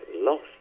lost